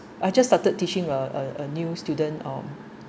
I just started teaching a a a new student uh